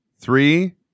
Three